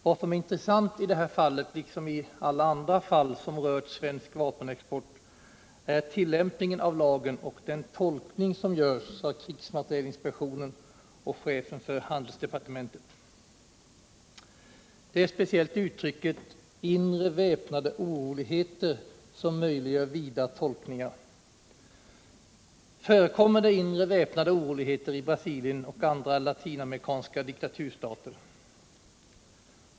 Vad som är intressant i det här fallet, liksom i alla andra fall som rör svensk vapenexport, är tillämpningen av lagen och den tolkning som görs av krigsmaterielinspektionen och chefen för handelsdepartementet. Det är speciellt uttrycket ”inre väpnade oroligheter” som möjliggör vida tolkningar. Förekommer det inre väpnade oroligheter i Brasilien och andra latinamerikanska diktaturstater?